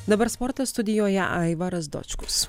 dabar sportas studijoje aivaras dočkus